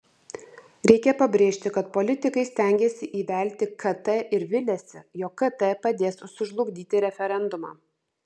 reikia pabrėžti kad politikai stengiasi įvelti kt ir viliasi jog kt padės sužlugdyti referendumą